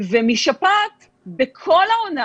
ומשפעת בכול העונה